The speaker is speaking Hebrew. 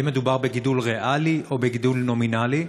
האם מדובר בגידול ריאלי או בגידול נומינלי?